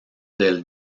del